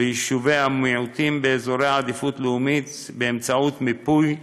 ביישובי המיעוטים באזורי עדיפות לאומית במיפוי,